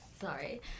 Sorry